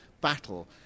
battle